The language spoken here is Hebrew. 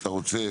כשאתה רוצה